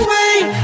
Wait